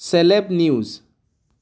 celeb news